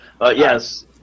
yes